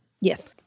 Yes